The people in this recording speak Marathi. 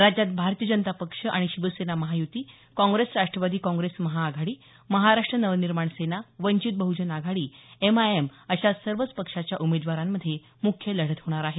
राज्यात भारतीय जनता पक्ष आणि शिवसेना महायुती काँग्रेस राष्ट्रवादी काँग्रेस महाआघाडी महाराष्ट्र नवनिर्माण सेना वंचित बहजन आघाडी एमआयएम अशा सर्वच पक्षांच्या उमेदवारांमध्ये मुख्य लढत होणार आहे